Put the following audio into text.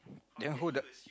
then who the